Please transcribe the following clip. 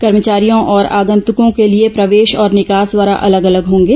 कर्मचारियों और आगंतुकों के लिए प्रवेश और निकास द्वार अलग अलग होंगे